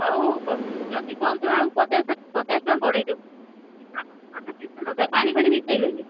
ହଉ ଯଦି କହୁଛ ଆଉ ପଚାଶ ଟଙ୍କା ବଢ଼େଇ ଦେବୁ କିନ୍ତୁ ଆମକୁ ଭଲ ଜିନିଷ ଦରକାର ପାଣି ଫାଣି ମିଶାଇବେନି